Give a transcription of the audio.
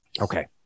Okay